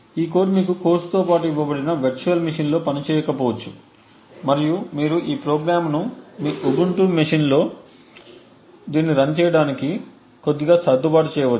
ఈ కోడ్ మీకు కోర్సుతో పాటు ఇవ్వబడిన వర్చువల్ మెషీన్ లో పనిచేయకపోవచ్చు మరియు మీరు ఈ ప్రోగ్రామ్ ను మీ ఉబుంటు మెషీన్ లలో దీన్ని రన్ చేయడానికి కొద్దిగా సర్దుబాటు చేయవచ్చు